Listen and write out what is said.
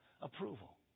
approval